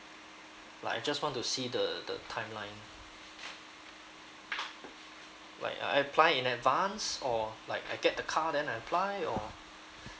like I just want to see the the timeline like I apply in advance or like I get the car then I buy or